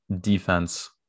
defense